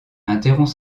interrompt